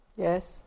Yes